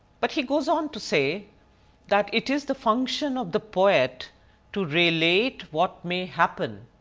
but, he goes on to say that it is the function of the poet to relate what may happen,